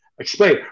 Explain